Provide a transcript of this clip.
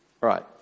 right